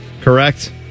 correct